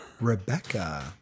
Rebecca